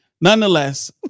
nonetheless